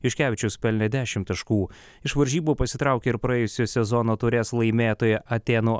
juškevičius pelnė dešim taškų iš varžybų pasitraukė ir praėjusio sezono taurės laimėtoja atėnų